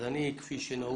נשמע